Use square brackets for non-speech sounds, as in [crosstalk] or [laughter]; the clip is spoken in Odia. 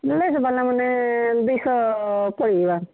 [unintelligible] ସେନ୍ତା ସିଲାବ ବୋଲେ ଦୁଇଶହ ପଡ଼ିଯିବା